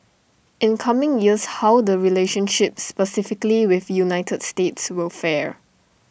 in coming years how the relationship specifically with united states will fare